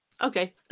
Okay